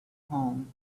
home